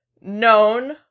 known